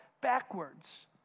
backwards